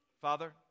Father